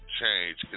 change